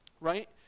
right